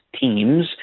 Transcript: teams